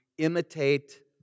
Imitate